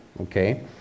okay